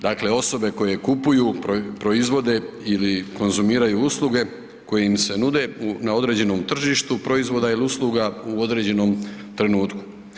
Dakle, osobe koje kupuju, proizvode ili konzumiraju usluge koje im se nude na određenom tržištu proizvoda ili usluga u određenom trenutku.